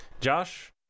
Josh